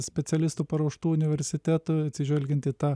specialistų paruoštų universitetų atsižvelgiant į tą